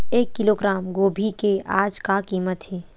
एक किलोग्राम गोभी के आज का कीमत हे?